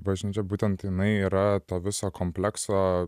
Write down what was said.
bažnyčia būtent jinai yra to viso komplekso